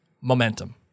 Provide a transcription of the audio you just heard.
Momentum